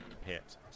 Hit